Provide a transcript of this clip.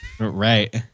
Right